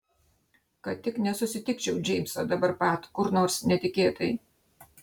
kad tik nesusitikčiau džeimso dabar pat kur nors netikėtai